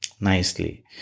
nicely